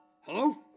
Hello